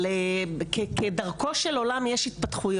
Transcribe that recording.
אבל כדרכו של עולם יש התפתחויות.